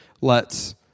lets